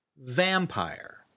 Vampire